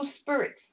spirits